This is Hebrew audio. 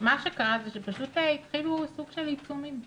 מה שקרה, זה שפשוט התחילו סוג של עיצומים.